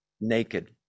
naked